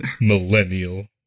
millennial